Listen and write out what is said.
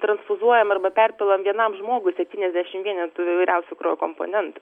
transfuzuojam arba perpilam vienam žmogui septyniasdešim vienetų įvairiausių kraujo komponentų